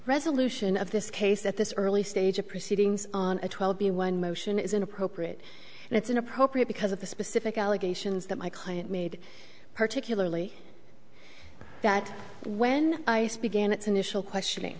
resolution of this case at this early stage of proceedings on a twelve b one motion is inappropriate and it's inappropriate because of the specific allegations that my client made particularly that when i speak and it's initial questioning